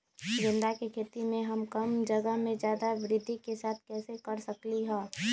गेंदा के खेती हम कम जगह में ज्यादा वृद्धि के साथ कैसे कर सकली ह?